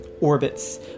orbits